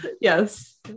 Yes